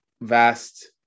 vast